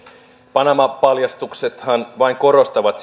panama paljastuksethan vain korostavat